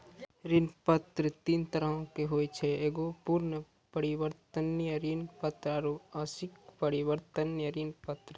ऋण पत्र तीन तरहो के होय छै एगो पूर्ण परिवर्तनीय ऋण पत्र आरु आंशिक परिवर्तनीय ऋण पत्र